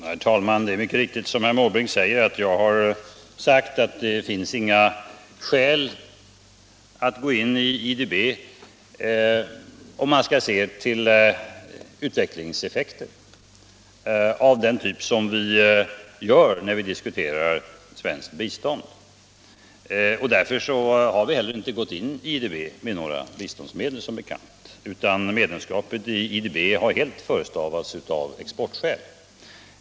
Herr talman! Det är mycket riktigt som herr Måbrink påstår, att jag sagt att det inte finns några skäl att gå in i IDB om man skall se till utvecklingseffekter av den typ som vi avser när vi diskuterar svenskt bistånd. Därför har vi som bekant heller inte gått in i IDB med några biståndsmedel, utan medlemskapet i IDB har helt motiverats av exportskäl.